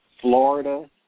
Florida